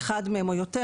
אחד מהם או יותר,